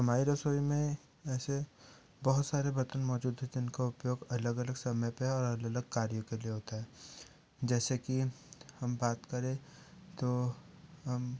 हमारे रसोई में ऐसे बहुत सारे बर्तन मौजूद होते हैं जिनका उपयोग अलग अलग समय पे और अलग अलग कार्यों के लिए होता है जैसे कि हम बात करें तो हम